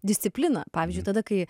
discipliną pavyzdžiui tada kai